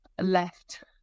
left